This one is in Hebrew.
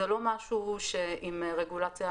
זה לא משהו עם רגולציה